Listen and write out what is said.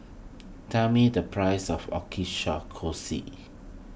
tell me the price of